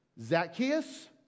Zacchaeus